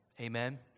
Amen